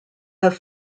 have